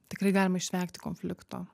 tikrai galima išvengti konflikto